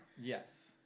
Yes